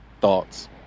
thoughts